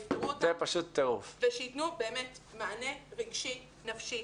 יפתרו את הנושא ושייתנו באמת מענה רגשי נפשי.